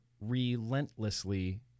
relentlessly